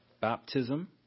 baptism